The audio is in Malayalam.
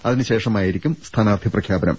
അതിനു ശേഷമായിരിക്കും സ്ഥാനാർഥി പ്രഖ്യാപനം